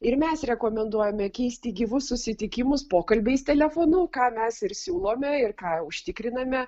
ir mes rekomenduojame keisti gyvus susitikimus pokalbiais telefonu ką mes ir siūlome ir ką jau užtikriname